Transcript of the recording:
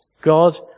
God